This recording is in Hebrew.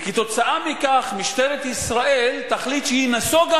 וכתוצאה מכך משטרת ישראל תחליט שהיא נסוגה